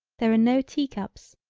there are no tea-cups,